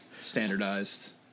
standardized